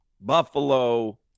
Buffalo